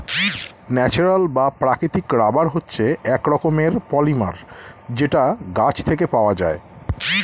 natural বা প্রাকৃতিক rubber হচ্ছে এক রকমের পলিমার যেটা গাছ থেকে পাওয়া যায়